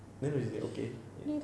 then what she say okay eh